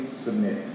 submit